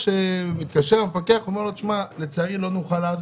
הוא אמר להם: "אתם יכולים להמשיך